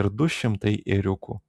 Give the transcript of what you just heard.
ir du šimtai ėriukų